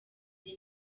njye